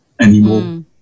anymore